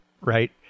right